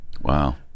Wow